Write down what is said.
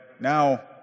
now